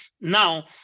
Now